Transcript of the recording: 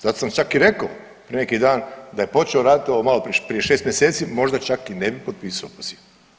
Zato sam čak i rekao prije neki dan da je počeo raditi ovo malo prije 6 mjeseci možda čak i ne bi potpisao opoziv.